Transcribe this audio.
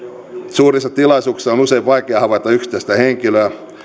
suurissa tilaisuuksissa on usein vaikea havaita yksittäistä henkilöä